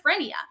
schizophrenia